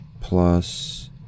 Plus